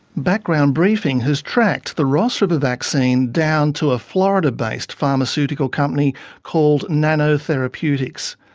background briefing has tracked the ross river vaccine down to a florida-based pharmaceutical company called nanotherapeutics.